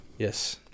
Yes